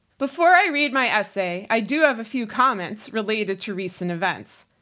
before i read my essay, i do have a few comments related to recent events.